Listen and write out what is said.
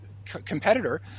competitor